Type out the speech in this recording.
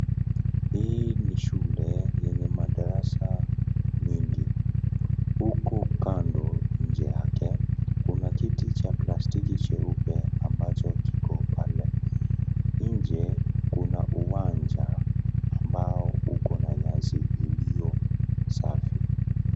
Hii ni shule yenye madarasa mengi, huku kando nje yake kuna kiti cha plastiki cheupe ambacho kiko pale, nje kuna uwanja ambao uko na nyasi iliyosafi.